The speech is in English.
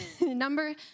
Number